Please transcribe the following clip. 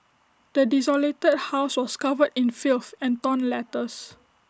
the desolated house was covered in filth and torn letters